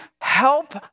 help